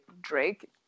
Drake